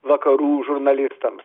vakarų žurnalistams